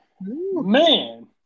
Man